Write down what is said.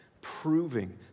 proving